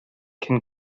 cyn